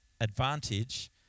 advantage